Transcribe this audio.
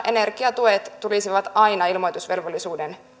energiatuet tulisivat aina ilmoitusvelvollisuuden